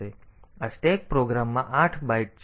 તેથી આ સ્ટેક પ્રોગ્રામમાં 8 બાઈટ છે